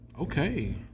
Okay